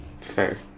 Fair